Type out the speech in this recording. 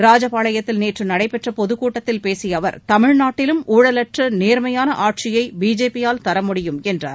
ராஜபாளையத்தில் நேற்றுநடைபெற்றபொதுக்கூட்டத்தில் பேசியஅவர் தமிழ்நாட்டிலும் ஊழலற்றநேர்மையானஆட்சியைபிஜேபியால் தர முடியும் என்றார்